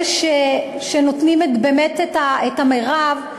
אלה שנותנים באמת את המרב,